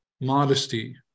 modesty